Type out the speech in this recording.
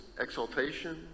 exaltation